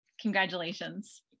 Congratulations